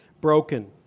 broken